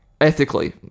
ethically